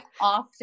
often